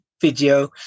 video